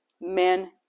men